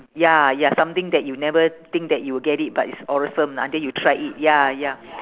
ya ya something that you never think that you will get it but it's awesome until you tried it ya ya